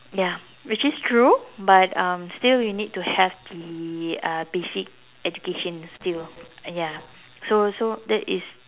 ya which is true but um still we need to have the uh basic education still ya so so that is